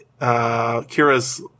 Kira's